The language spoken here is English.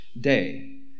day